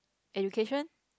education